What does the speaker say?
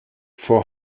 for